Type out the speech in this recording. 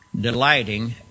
delighting